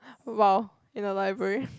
!wow! in a library